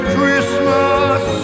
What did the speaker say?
Christmas